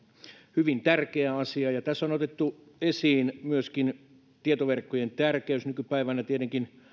hyvin tärkeä asia ja tässä on otettu esiin myöskin tietoverkkojen tärkeys nykypäivänä tietenkin